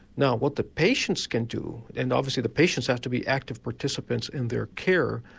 now what the patients can do and obviously the patients have to be active participants in their care,